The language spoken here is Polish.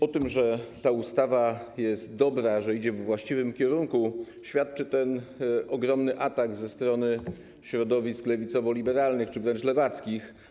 O tym, że ta ustawa jest dobra, że idzie we właściwym kierunku, świadczy ten ogromny atak ze strony środowisk lewicowo-liberalnych czy wręcz lewackich.